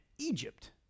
Egypt